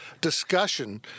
discussion